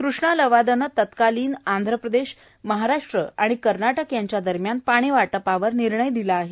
कृष्णा लवादाने तत्कालिन आंध्र प्रदेश महाराष्ट्र आणि कर्नाटक यांच्या दरम्यान पाणी वाटपावर निर्णय दिला आहे